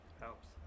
helps